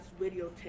videotape